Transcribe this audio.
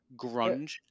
grunge